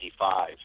1985